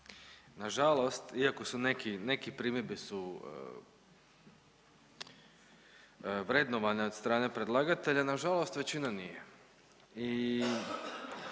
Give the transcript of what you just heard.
Na žalost iako su neki, neke primjedbe su vrednovane od strane predlagatelja na žalost većina nije. I